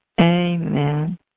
Amen